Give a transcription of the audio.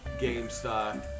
GameStop